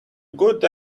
good